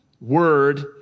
word